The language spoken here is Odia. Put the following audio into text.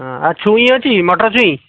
ହୁଁ ଆଉ ଛୁଇଁ ଅଛି ମଟରଛୁଇଁ